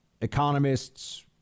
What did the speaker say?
economists